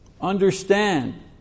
Understand